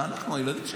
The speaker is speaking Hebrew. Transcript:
זה אנחנו, הילדים שלנו.